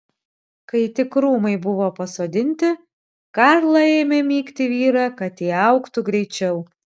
kai tik krūmai buvo pasodinti karla ėmė mygti vyrą kad tie augtų greičiau